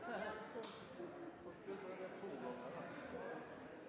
Ja, det er